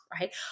right